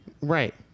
Right